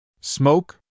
Smoke